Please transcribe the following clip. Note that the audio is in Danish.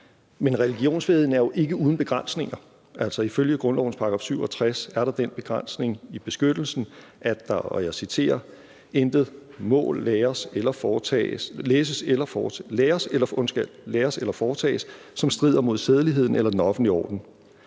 Men religionsfriheden er jo ikke uden begrænsninger. Ifølge grundlovens § 67 er der den begrænsning i beskyttelsen, at » intet læres eller foretages, som strider mod sædeligheden eller den offentlige orden.«